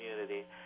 community